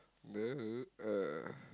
uh